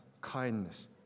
kindness